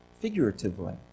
figuratively